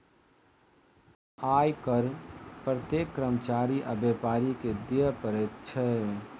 आय कर प्रत्येक कर्मचारी आ व्यापारी के दिअ पड़ैत अछि